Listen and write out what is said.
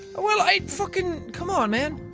well i. fucking, com'on man.